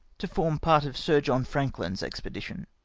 to form part of sir john frankhn's expedition.